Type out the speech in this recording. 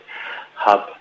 hub